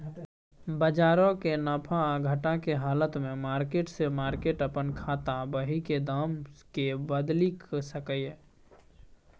बजारक नफा आ घटा के हालत में मार्केट से मार्केट अपन खाता बही के दाम के बदलि सकैए